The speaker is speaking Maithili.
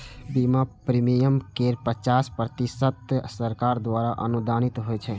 बीमा प्रीमियम केर पचास प्रतिशत केंद्र सरकार द्वारा अनुदानित होइ छै